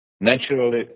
Naturally